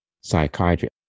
psychiatrist